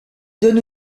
donne